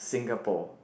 Singapore